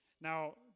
Now